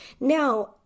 Now